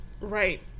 right